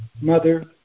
Mother